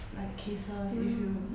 like cases if you